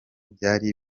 byari